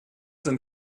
denn